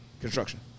Construction